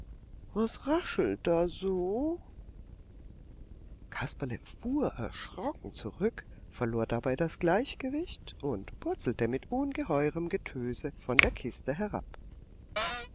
was raschelt da so kasperle fuhr erschrocken zurück verlor dabei das gleichgewicht und purzelte mit ungeheurem getöse von der kiste herab